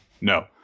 no